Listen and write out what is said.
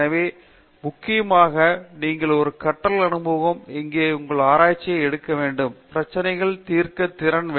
எனவே முக்கியமாக நீங்கள் ஒரு கற்றல் அனுபவமாக இங்கே உங்கள் ஆராய்ச்சியை எடுக்க வேண்டும் பிரச்சினைகளை தீர்க்க திறன்